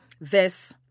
verse